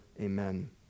Amen